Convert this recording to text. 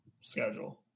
schedule